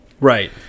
Right